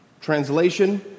Translation